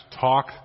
talk